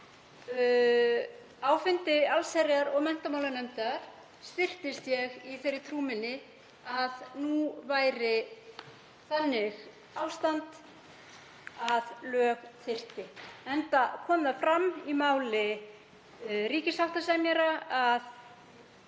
Á fundi allsherjar- og menntamálanefndar styrktist ég í þeirri trú minni að nú væri þannig ástand að lög þyrfti, enda kom það fram í máli ríkissáttasemjara að